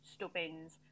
Stubbins